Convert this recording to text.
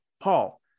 Paul